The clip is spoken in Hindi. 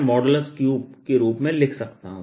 3 के रूप में लिख सकता हूं